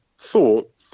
thought